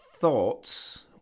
thoughts